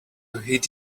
heed